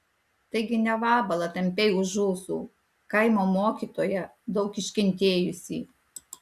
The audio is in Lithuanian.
taigi ne vabalą tampei už ūsų kaimo mokytoją daug iškentėjusį